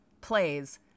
plays